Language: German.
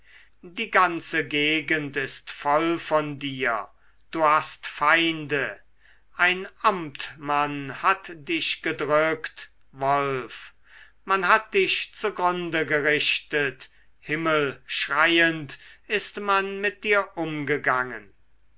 die ganze gegend ist voll von dir du hast feinde ein amtmann hat dich gedrückt wolf man hat dich zugrunde gerichtet himmelschreiend ist man mit dir umgegangen